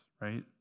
Right